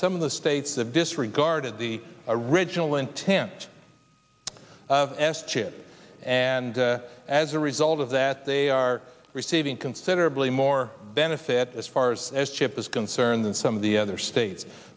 some of the states that disregarded the original intent s chip and as a result of that they are receiving considerably more benefit as far as as chip is concerned and so the other states